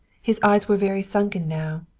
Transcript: his eyes were very sunken now,